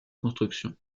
construction